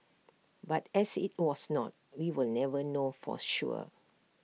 but as IT was not we will never know forth sure